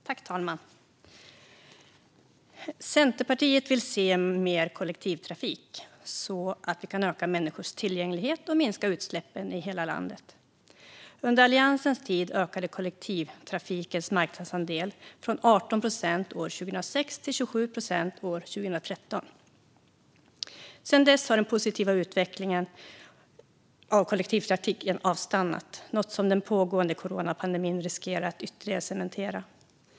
Fru talman! Centerpartiet vill se mer kollektivtrafik så att vi kan öka tillgängligheten och minska utsläppen i hela landet. Under Alliansens tid ökade kollektivtrafikens marknadsandel - från 18 procent år 2006 till 27 procent år 2013. Sedan dess har den positiva utvecklingen av kollektivtrafiken avstannat, något som den pågående coronapandemin riskerar att cementera.